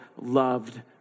loved